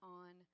on